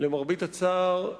למרבה הצער,